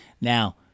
Now